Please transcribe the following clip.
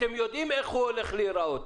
אתם יודעים איך הוא הולך להיראות.